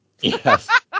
Yes